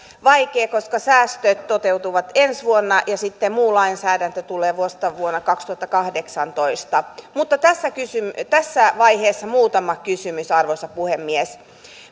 vaikea koska säästöt toteutuvat ensi vuonna ja sitten muu lainsäädäntö tulee vasta vuonna kaksituhattakahdeksantoista mutta tässä vaiheessa muutama kysymys arvoisa puhemies